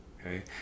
okay